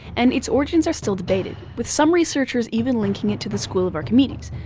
and its origins are still debated, with some researchers even linking it to the school of archimedes.